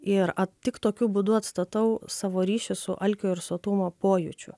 ir tik tokiu būdu atstatau savo ryšį su alkio ir sotumo pojūčiu